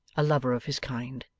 a lover of his kind.